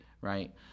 right